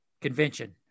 convention